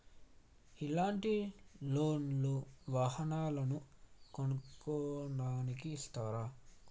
ఇలాంటి లోన్ లు వాహనాలను కొనడానికి ఇస్తారు